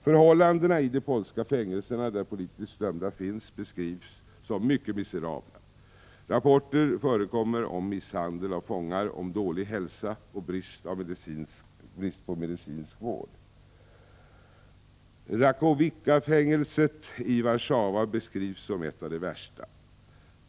Förhållandena i de polska fängelserna där politiskt dömda befinner sig beskrivs som mycket miserabla. Rapporter förekommer om misshandel av fångar, om dålig hälsa och brist på medicinsk vård. Rakowieckafängelset i Warszawa beskrivs som ett av de värsta.